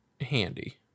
Handy